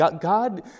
God